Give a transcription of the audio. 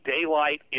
daylight